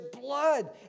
blood